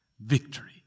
victory